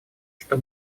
что